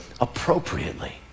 appropriately